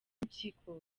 impyiko